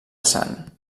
sant